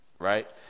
Right